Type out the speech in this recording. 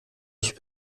ich